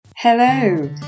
Hello